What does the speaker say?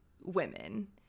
women